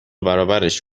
برابرش